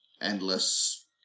endless